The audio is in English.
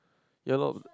ya loh